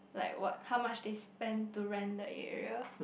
like what how much they spend to rent the area